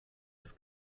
das